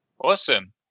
Awesome